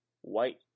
White